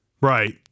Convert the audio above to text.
Right